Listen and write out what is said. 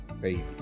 baby